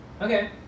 Okay